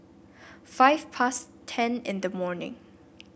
five past ten in the morning